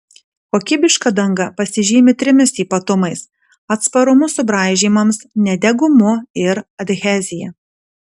kokybiška danga pasižymi trimis ypatumais atsparumu subraižymams nedegumu ir adhezija